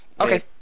Okay